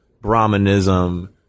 Brahmanism